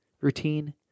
routine